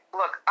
look